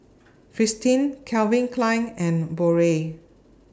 Fristine Calvin Klein and Biore